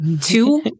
two